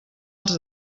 els